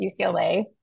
UCLA